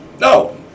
No